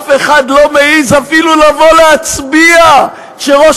אף אחד לא מעז אפילו לבוא להצביע כשראש